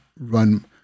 run